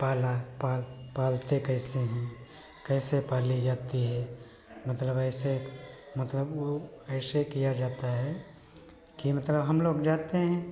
पाला पा पालते कैसे हैं कैसे पाली जाती है मतलब ऐसे मतलब वो ऐसे किया जाता है कि मतलब हम लोग जाते हैं